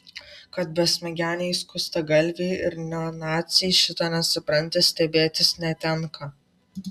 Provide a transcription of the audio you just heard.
kad besmegeniai skustagalviai ir neonaciai šito nesupranta stebėtis netenka